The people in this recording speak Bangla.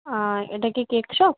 এটা কি কেক শপ